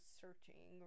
searching